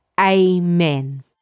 amen